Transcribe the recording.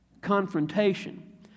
confrontation